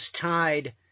tied